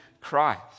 Christ